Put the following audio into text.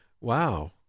wow